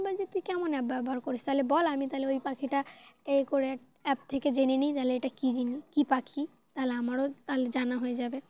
আবার যে তুই কেমন অ্যাপ ব্যবহার করিস তাহলে বল আমি তাহলে ওই পাখিটা এ করে অ্যাপ থেকে জেনে নিই তাহলে এটা কী জিনিস কী পাখি তাহলে আমারও তাহলে জানা হয়ে যাবে